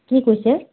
কি কৈছে